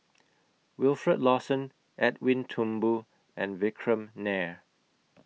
Wilfed Lawson Edwin Thumboo and Vikram Nair